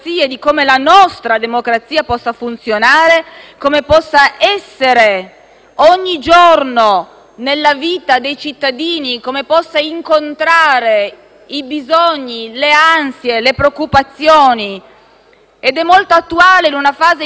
ogni giorno nella vita dei cittadini e come possa incontrare i bisogni, le ansie e le preoccupazioni. Questo tema è molto attuale in una fase in cui l'economia e la crisi sociale picchia durissimo sulla vita delle persone.